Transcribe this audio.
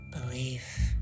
Belief